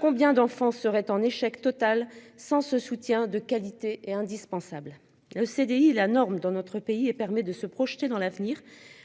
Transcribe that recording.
Combien d'enfants seraient en échec total sans ce soutien de qualité est indispensable. Le CDI la norme dans notre pays et permet de se projeter dans l'avenir